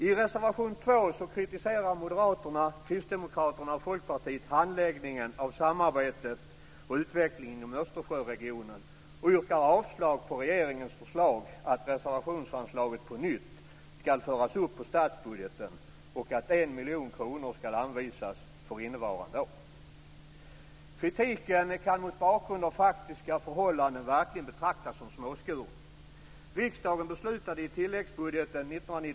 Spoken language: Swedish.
I reservation 2 kritiserar Moderaterna, Kristdemokraterna och Folkpartiet handläggningen av samarbetet och utvecklingen inom Östersjöregionen och yrkar avslag på regeringens förslag att reservationsanslaget på nytt ska föras upp på statsbudgeten och att 1 miljon kronor ska anvisas för innevarande år. Kritiken kan mot bakgrund av faktiska förhållanden verkligen betraktas som småskuren.